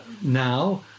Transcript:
now